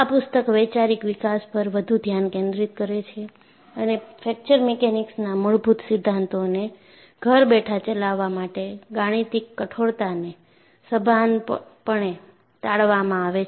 આ પુસ્તક વૈચારિક વિકાસ પર વધુ ધ્યાન કેન્દ્રિત કરે છે અને ફ્રેક્ચર મિકેનિક્સના મૂળભૂત સિદ્ધાંતોને ઘર બેઠા ચલાવવા માટે ગાણિતિક કઠોરતાને સભાનપણે ટાળવામાં આવે છે